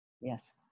Yes